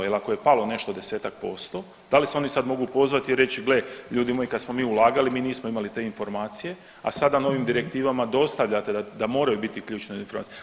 Jer ako je palo nešto desetak posto, dali se oni sad mogu pozvati i reći gle ljudi moji kad smo mi ulagali mi nismo imali te informacije, a sada novim direktivama dostavljate da moraju biti ključne informacije.